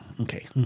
Okay